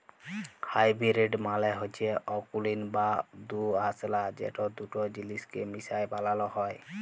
hybrid মালে হচ্যে অকুলীন বা দুআঁশলা যেট দুট জিলিসকে মিশাই বালালো হ্যয়